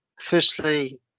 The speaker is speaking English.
firstly